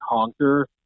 conquer